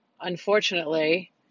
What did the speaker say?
unfortunately